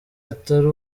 atari